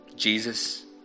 Jesus